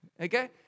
okay